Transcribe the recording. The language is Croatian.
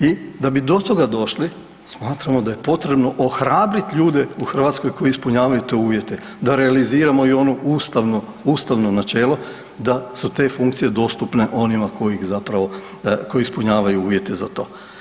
I da bi do toga došli, smatramo da je potrebno ohrabriti ljude u Hrvatskoj koji ispunjavanju te uvjete da realiziramo i onu ustavno načelo da su te funkcije dostupne onima koji zapravo, koji ispunjavaju uvjete za to.